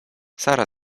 sara